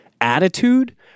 attitude